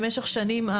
במשך שנים,